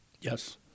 Yes